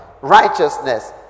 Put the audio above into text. righteousness